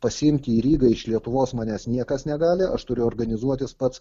pasiimti į rygą iš lietuvos manęs niekas negali aš turiu organizuotis pats